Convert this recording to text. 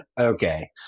okay